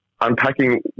unpacking